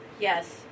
Yes